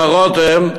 מר רותם,